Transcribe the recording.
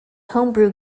homebrew